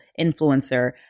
influencer